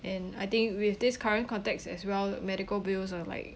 and I think with this current context as well medical bills are like